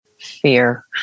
fear